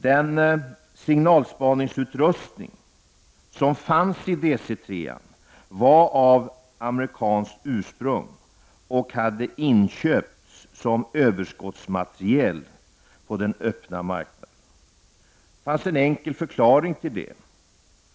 Den signalspaningsutrustning som fanns i DC 3:an var av amerikanskt ursprung och hade inköpts som överskottsmateriel på öppna marknaden. Det fanns en enkel förklaring till det.